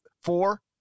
Four